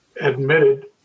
admitted